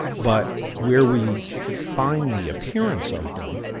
but where we find the appearance of them,